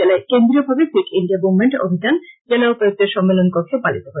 জেলায় কেন্দ্রীয়ভাবে fit India movement অভিযান জেলা উপায়ুক্তের সম্মেলন কক্ষে পালিত হয়েছে